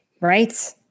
Right